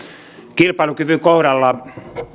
kilpailukyvyn kohdalla